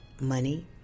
money